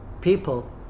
people